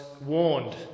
warned